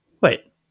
wait